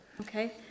Okay